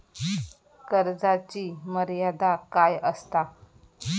कर्जाची मर्यादा काय असता?